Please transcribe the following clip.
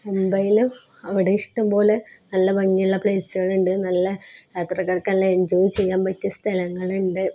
മുംബൈയിലും അവിടെ ഇഷ്ടം പോലെ നല്ല ഭംഗിയുള്ള പ്ലേസുകളുണ്ട് നല്ല യാത്രകൾക്കെല്ലാം എൻജോയ് ചെയ്യാൻ പറ്റിയ സ്ഥലങ്ങളുണ്ട്